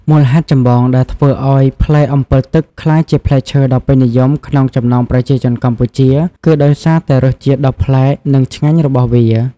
មូលហេតុចម្បងដែលធ្វើឱ្យផ្លែអម្ពិលទឹកក្លាយជាផ្លែឈើដ៏ពេញនិយមក្នុងចំណោមប្រជាជនកម្ពុជា គឺដោយសារតែរសជាតិដ៏ប្លែក និងឆ្ងាញ់របស់វា។